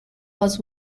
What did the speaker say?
was